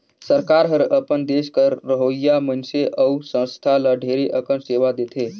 सरकार हर अपन देस कर रहोइया मइनसे अउ संस्था ल ढेरे अकन सेवा देथे